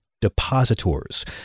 depositors